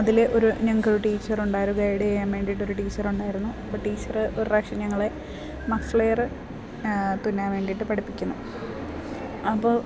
അതിൽ ഒരു ഞങ്ങൾക്കൊരു ടീച്ചറുണ്ടായിരു ഒരു ഗൈഡ് ചെയ്യാൻ വേണ്ടിയിട്ടൊരു ടീച്ചർ ഉണ്ടായിരുന്നു അപ്പം ടീച്ചറ് ഒരു പ്രാവശ്യം ഞങ്ങളെ മഫ്ലെയറ് തുന്നാൻ വേണ്ടിയിട്ട് പഠിപ്പിക്കുന്നു അപ്പോൾ